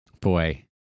Boy